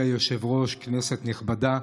אדוני היושב-ראש, כנסת נכבדה,